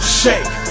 shake